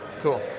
Cool